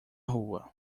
rua